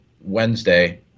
Wednesday